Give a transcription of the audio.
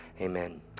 amen